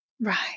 Right